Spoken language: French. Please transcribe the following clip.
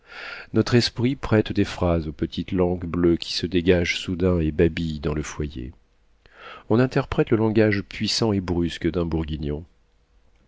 notre esprit prête des phrases aux petites langues bleues qui se dégagent soudain et babillent dans le foyer on interprète le langage puissant et brusque d'un bourguignon